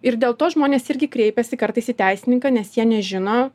ir dėl to žmonės irgi kreipiasi kartais į teisininką nes jie nežino